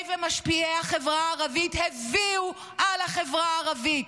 ומשפיעי החברה הערבית הביאו על החברה הערבית.